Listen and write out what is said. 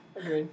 agreed